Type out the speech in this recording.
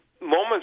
moments